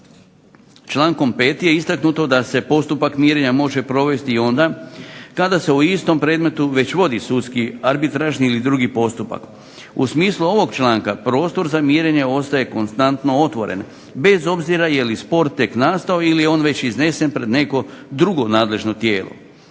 Člankom 5. je istaknuto da se postupak mirenja može provesti i onda kada se o istom predmetu već vodi sudski, arbitražni ili drugi postupak. U smislu ovog članka prostor za mirenje ostaje konstantno otvoren, bez obzira je li spor tek nastao ili je on već iznesen pred neko drugo nadležno tijelo.